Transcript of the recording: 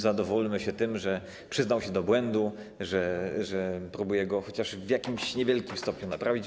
Zadowólmy się tym, że przyznał się do błędu, że próbuje go chociaż w jakimś niewielkim stopniu naprawić.